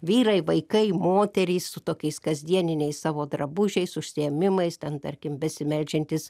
vyrai vaikai moterys su tokiais kasdieniniais savo drabužiais užsiėmimais ten tarkim besimeldžiantis